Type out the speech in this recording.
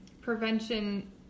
prevention